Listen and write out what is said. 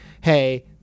Hey